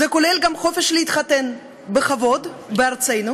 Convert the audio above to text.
זה כולל גם חופש להתחתן בכבוד בארצנו,